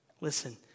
Listen